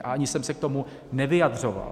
A ani jsem se k tomu nevyjadřoval.